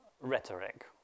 rhetoric